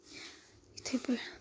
یِتھٕے پٲٹھۍ